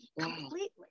completely